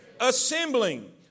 Assembling